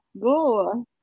Go